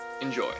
Enjoy